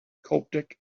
coptic